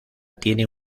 tiene